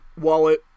wallet